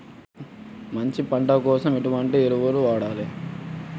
మంచి పంట కోసం ఎటువంటి ఎరువులు వాడాలి?